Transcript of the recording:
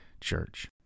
church